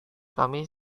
kami